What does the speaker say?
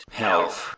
health